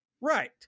Right